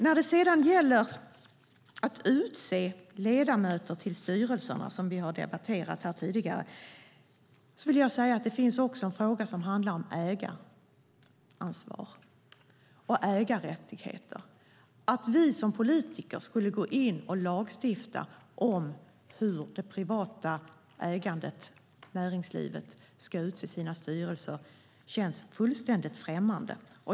När det sedan gäller att utse ledamöter till styrelserna, vilket vi har debatterat tidigare, vill jag säga att det finns en fråga som handlar om ägaransvar och ägarrättigheter. Att vi som politiker skulle gå in och lagstifta om hur det privata näringslivet ska utse sina styrelser känns fullständigt främmande.